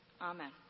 Amen